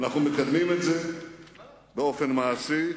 ואנחנו מקדמים את זה באופן מעשי.